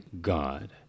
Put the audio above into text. God